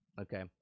Okay